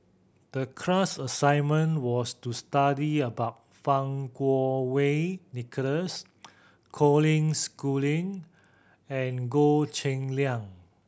the class assignment was to study about Fang Kuo Wei Nicholas Colin Schooling and Goh Cheng Liang